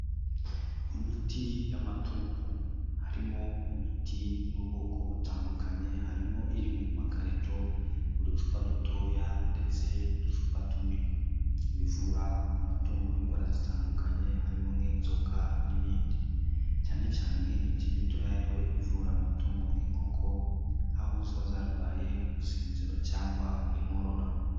Imiti y'amatungo harimo imiti yo mu bwoko butandukanye, harimo iri mu makarito, mu ducupa dutoya ndetse n'uducupa tunini. Ibivura amatungo indwara zitandukanye harimo nk'inzoka n'ibindi, cyane cyane nk'iyi miti mitoya yo iba ivura amatungo nk'inkoko, aho ziba zarwaye umusinziro cyangwa inkorora.